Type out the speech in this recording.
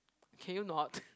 can you not